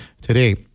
today